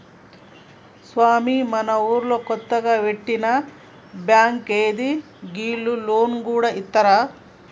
స్వామీ, మనూళ్ల కొత్తగ వెట్టిన బాంకా ఏంది, గీళ్లు లోన్లు గూడ ఇత్తరా